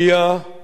כך אני מבין,